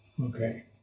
Okay